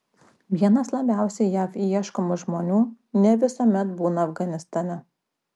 vienas labiausiai jav ieškomų žmonių ne visuomet būna afganistane